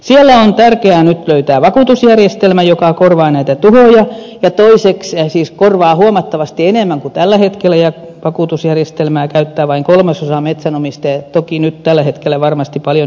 siellä on tärkeää nyt löytää vakuutusjärjestelmä joka korvaa näitä tuhoja siis korvaa huomattavasti enemmän kuin tällä hetkellä ja vakuutusjärjestelmää käyttää vain kolmasosa metsänomistajista toki tällä hetkellä varmasti paljon enemmän